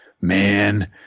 Man